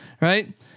right